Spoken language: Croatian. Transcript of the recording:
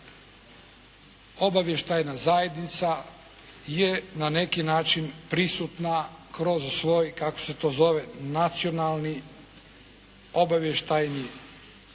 obavještajna zajednica je na neki način prisutna kroz svoj, kako se to zove nacionalni obavještajni dio